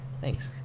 Thanks